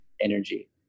energy